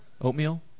Oatmeal